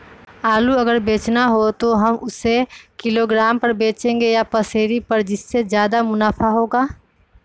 आलू अगर बेचना हो तो हम उससे किलोग्राम पर बचेंगे या पसेरी पर जिससे ज्यादा मुनाफा होगा?